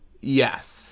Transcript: Yes